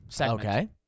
Okay